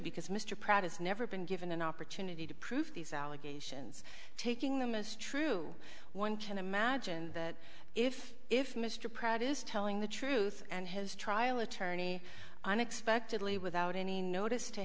because mr pratt has never been given an opportunity to prove these allegations taking them is true one can imagine that if if mr pratt is telling the truth and his trial attorney unexpectedly without any notice to